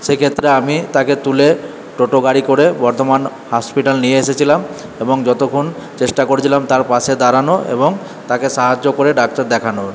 সেই ক্ষেত্রে আমি তাকে তুলে টোটো গাড়ি করে বর্ধমান হসপিটাল নিয়ে এসেছিলাম এবং যতক্ষণ চেষ্টা করেছিলাম তার পাশে দাঁড়ানো এবং তাকে সাহায্য করে ডাক্তার দেখানোর